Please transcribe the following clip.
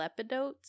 lepidotes